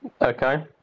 Okay